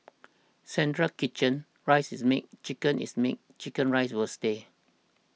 central kitchen rice is made chicken is made Chicken Rice will stay